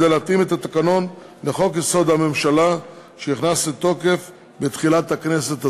למשל הצעת חוק לקריאה ראשונה